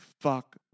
fuck